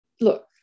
look